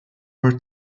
were